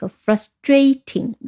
frustrating